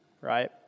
right